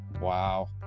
wow